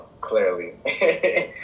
clearly